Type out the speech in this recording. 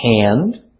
hand